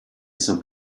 some